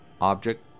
Object